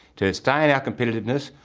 to sustain our competitiveness,